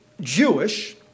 Jewish